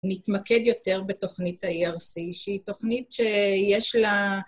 נתמקד יותר בתוכנית ה-ERC, שהיא תוכנית שיש לה...